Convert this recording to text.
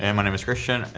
and my name is christian.